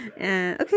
Okay